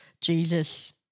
Jesus